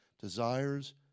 desires